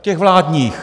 Těch vládních.